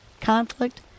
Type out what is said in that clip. conflict